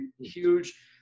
huge